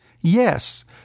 Yes